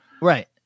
right